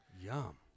Yum